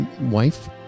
wife